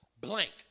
blank